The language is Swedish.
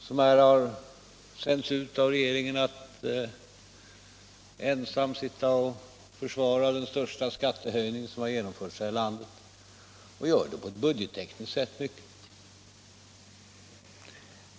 Han har sänts ut av regeringen att ensam försvara den största skattehöjning som genomförts här i landet, och han gör det på ett budgettekniskt sätt.